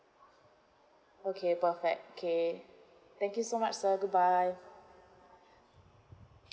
okay perfect okay thank you so much sir goodbye